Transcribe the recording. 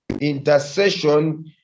intercession